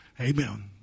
amen